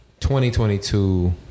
2022